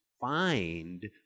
find